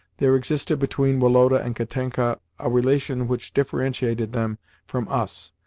there existed between woloda and katenka a relation which differentiated them from us,